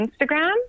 Instagram